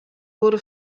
wurde